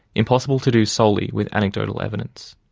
impossible to do solely with anecdotal evidence.